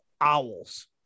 owls